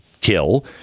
kill